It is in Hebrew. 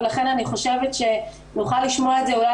ולכן אני חושבת שנוכל לשמוע את זה אולי